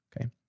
Okay